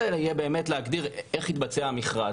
הוא להגדיר איך יתבצע המכרז.